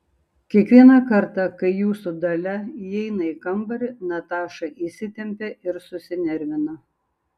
kiekvieną kartą kai jūsų dalia įeina į kambarį nataša įsitempia ir susinervina